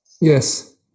Yes